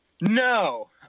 No